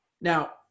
now